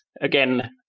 again